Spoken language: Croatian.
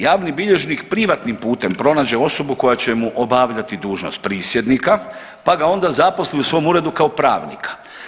Javni bilježnik privatnim putem pronađe osobu koja će mu obavljati dužnost prisjednika, pa ga onda zaposli u svom uredu kao pravnika.